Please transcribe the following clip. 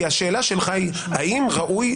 השאלה שלך היא האם ראוי,